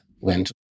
went